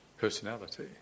personality